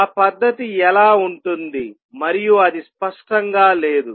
ఆ పద్ధతి ఎలా ఉంటుంది మరియు అది స్పష్టంగా లేదు